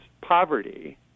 poverty